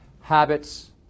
Habits